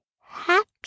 happy